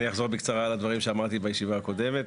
אני אחזור בקצרה על הדברים שאמרתי בישיבה הקודמת.